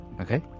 Okay